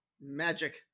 Magic